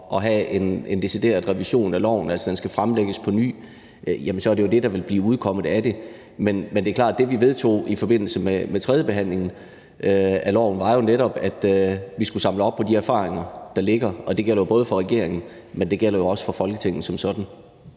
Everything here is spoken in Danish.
at have en decideret revision af loven, altså at den skal fremlægges på ny, jamen så er det jo det, der vil blive udkommet af det. Men det er klart, at det, vi vedtog i forbindelse med tredjebehandlingen af loven, jo netop var, at vi skulle samle op på de erfaringer, der ligger, og det gælder jo både for regeringen, men også for Folketinget som sådan.